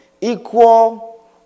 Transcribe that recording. equal